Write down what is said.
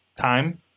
time